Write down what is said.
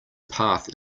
path